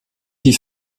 die